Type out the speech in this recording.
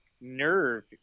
nerve